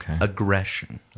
aggression